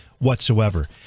whatsoever